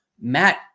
Matt